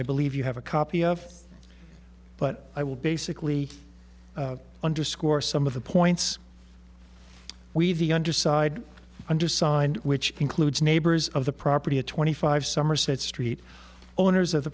i believe you have a copy of but i will basically underscore some of the points we have the underside undersigned which includes neighbors of the property a twenty five somerset street owners of the